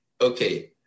okay